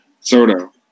Soto